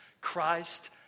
Christ